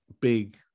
big